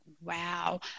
wow